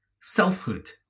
selfhood